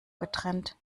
getrennt